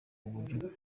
uburyo